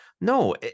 no